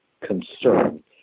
concern